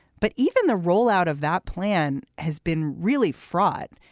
but even the rollout of that plan has been really fraught.